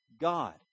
God